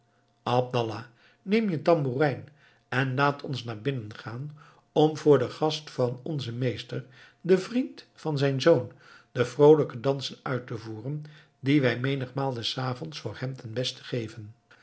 abdallah neem je tamboerijn en laat ons naar binnen gaan om voor den gast van onzen meester den vriend van zijn zoon de vroolijke dansen uit te voeren die wij menigmaal des avonds voor hem ten beste geven